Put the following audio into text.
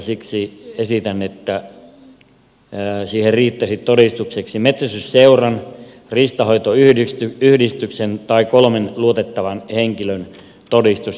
siksi esitän että siihen riittäisi todistukseksi metsästysseuran riistanhoitoyhdistyksen tai kolmen luotettavan henkilön todistus